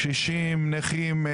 קשישים, נכים.